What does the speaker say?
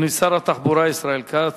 אדוני שר התחבורה ישראל כץ,